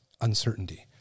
uncertainty